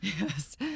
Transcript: yes